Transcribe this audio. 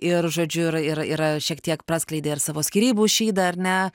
ir žodžiu ir ir šiek tiek praskleidei ir savo skyrybų šydą ar ne